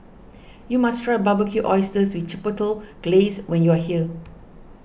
you must try Barbecued Oysters with Chipotle Glaze when you are here